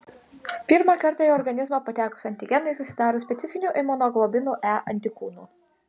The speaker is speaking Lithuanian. pirmą kartą į organizmą patekus antigenui susidaro specifinių imunoglobulinų e antikūnų